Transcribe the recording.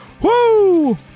Woo